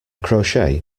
crotchet